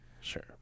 Sure